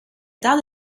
età